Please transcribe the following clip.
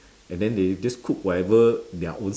and then they just cook whatever their own